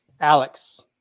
Alex